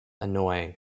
annoying